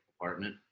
apartment